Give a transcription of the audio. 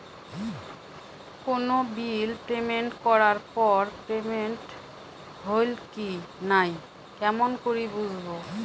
কোনো bill payment করার পর পেমেন্ট হইল কি নাই কেমন করি বুঝবো?